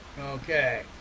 okay